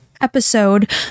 episode